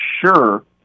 sure